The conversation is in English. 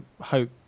hope